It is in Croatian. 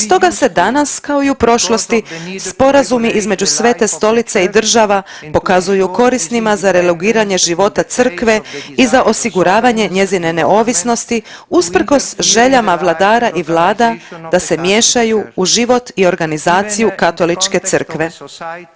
Stoga se danas kao i u prošlosti sporazumi između Svete Stolice i država pokazuju korisnima za reguliranje života Crkve i za osiguravanje njezine neovisnosti usprkos željama vladara i vlada da se miješaju u život i organizaciju Katoličke Crkve